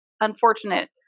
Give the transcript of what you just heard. unfortunate